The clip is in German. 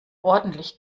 ordentlich